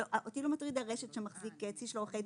אותי לא מטרידה הרשת שמחזיקה צי של עורכי דין